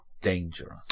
dangerous